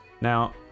now